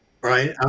Right